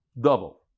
double